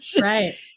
Right